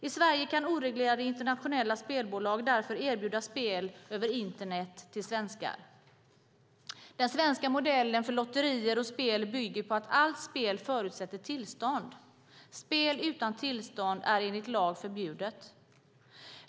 I Sverige kan oreglerade internationella spelbolag därför erbjuda spel över internet till svenskar. Den svenska modellen för lotterier och spel bygger på att allt spel förutsätter tillstånd. Spel utan tillstånd är enligt lag förbjudet.